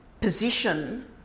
position